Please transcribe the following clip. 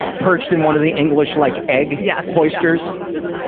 perched in one of the english-like egg yeah hoisters? just,